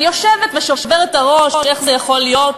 אני יושבת ושוברת את הראש איך זה יכול להיות,